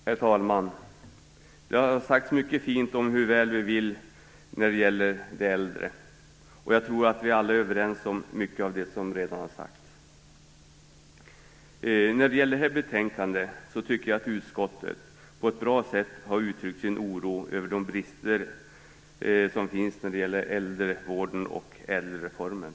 Herr talman! Det har sagts mycket fint om hur väl vi vill de äldre. Jag tror att vi alla är överens om mycket av det som redan har sagts. Jag tycker att utskottet i detta betänkande på ett bra sätt har uttryckt sin oro över de brister som finns i fråga om äldrevården och ÄDEL-reformen.